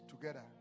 together